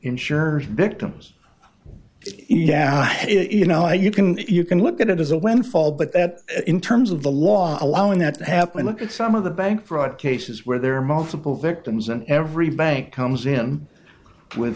insured victims yeah you know you can you can look at it as a windfall but that in terms of the law allowing that to happen look at some of the bank fraud cases where there are multiple victims and every bank comes in with